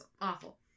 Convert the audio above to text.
Awful